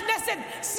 כי